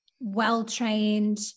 well-trained